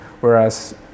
whereas